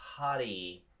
hottie